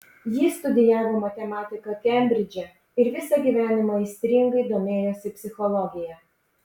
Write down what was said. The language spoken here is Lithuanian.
jis studijavo matematiką kembridže ir visą gyvenimą aistringai domėjosi psichologija